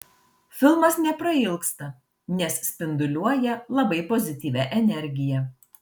filmas neprailgsta nes spinduliuoja labai pozityvia energija